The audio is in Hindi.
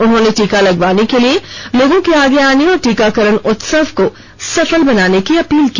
उन्होंने टीका लगवाने के लिए आगे आने और टीकाकरण उत्सव को सफल बनाने की अपील की